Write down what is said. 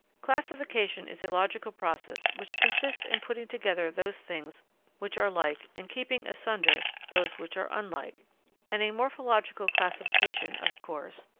classification is a logical process which consists in putting together those things which are like and keeping asunder those which are unlike and a morphological classification, of course,